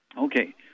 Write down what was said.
Okay